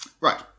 Right